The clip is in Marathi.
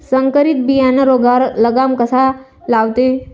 संकरीत बियानं रोगावर लगाम कसा लावते?